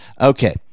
Okay